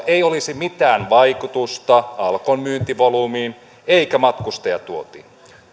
ei olisi mitään vaikutusta alkon myyntivolyymiin eikä matkustajatuontiin